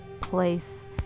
place